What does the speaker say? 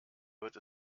wird